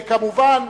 כמובן,